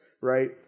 right